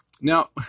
Now